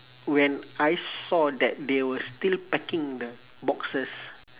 when I saw that they were still packing the boxes